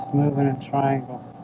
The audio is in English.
but in triangles